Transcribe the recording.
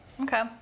Okay